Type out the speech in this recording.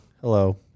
hello